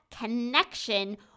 connection